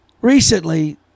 recently